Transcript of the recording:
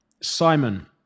Simon